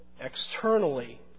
externally